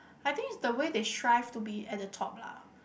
I think is the way they strive to be at the top lah